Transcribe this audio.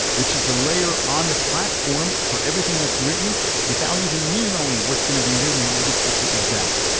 which is a layer on the platform for everything that's written without even me knowing what's going to be written in every specific dag,